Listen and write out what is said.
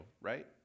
right